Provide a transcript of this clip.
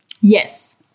Yes